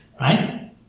Right